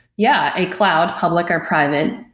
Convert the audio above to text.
yeah, a cloud, public or private,